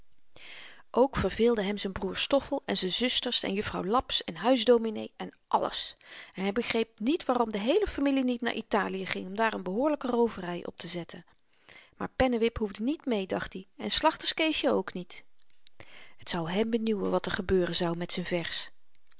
ook verveelde hem z'n broer stoffel en z'n zusters en juffrouw laps en huisdominee en alles en hy begreep niet waarom de heele familie niet naar italie ging om daar n behoorlyke roovery optezetten maar pennewip hoefde niet mee dacht i en slachterskeesjen ook niet t zou hem benieuwen wat er gebeuren zou met z'n vers